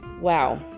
wow